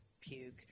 puke